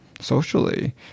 socially